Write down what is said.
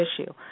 issue